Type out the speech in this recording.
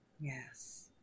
Yes